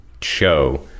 show